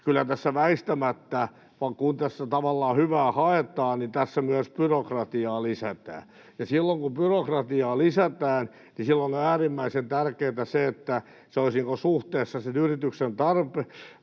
Kyllä tässä väistämättä, kun tässä tavallaan hyvää haetaan, myös byrokratiaa lisätään, ja silloin kun byrokratiaa lisätään, on äärimmäisen tärkeätä se, että se olisi suhteessa sen yrityksen tarpeisiin